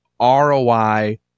ROI